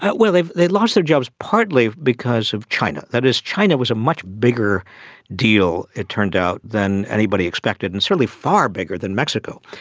but well they they lost their jobs partly because of china. that is, china was a much bigger deal, it turned out, than anybody expected, and certainly far bigger than mexico.